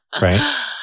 right